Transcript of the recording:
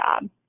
job